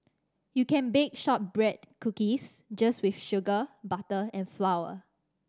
you can bake shortbread cookies just with sugar butter and flour